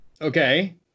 okay